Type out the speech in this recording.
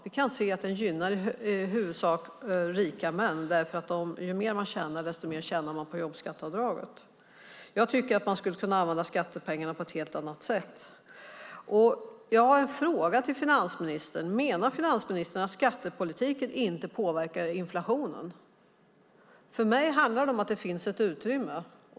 Vi kan se att den i huvudsak gynnar rika män, därför att ju mer man tjänar desto mer tjänar man på jobbskatteavdraget. Jag tycker att man skulle kunna använda skattepengarna på ett helt annat sätt. Jag har en fråga till finansministern: Menar finansministern att skattepolitiken inte påverkar inflationen? För mig handlar det om att det finns ett utrymme.